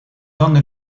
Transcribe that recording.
donna